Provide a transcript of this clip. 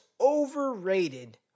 overrated